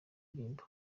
indirimbo